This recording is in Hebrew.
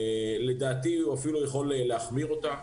לדעתי הוא אפילו יכול להחמיר אותה.